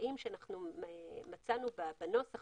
קשיים שמצאנו בנוסח